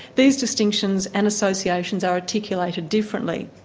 these distinctions and associations are articulated differently.